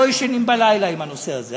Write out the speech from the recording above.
לא ישנים בלילה עם הנושא הזה.